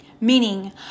Meaning